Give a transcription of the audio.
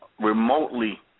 remotely